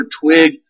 twig